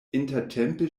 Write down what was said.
intertempe